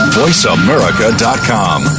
voiceamerica.com